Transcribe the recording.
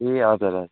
ए हजुर हजुर